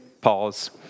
Pause